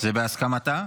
זה בהסכמתה?